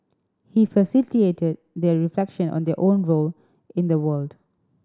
he facilitated their reflection on their own role in the world